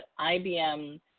IBM